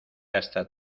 hasta